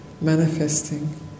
manifesting